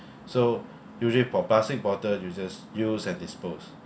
so usually for plastic bottle you just use and dispose